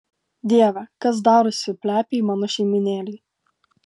dieve kas darosi plepiai mano šeimynėlei